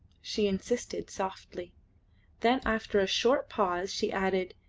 she insisted softly then after a short pause she added,